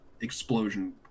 explosion